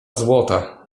złota